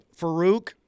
Farouk